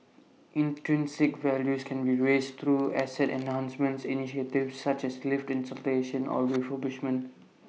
intrinsic values can be raised through asset enhancement initiatives such as lift installation or refurbishment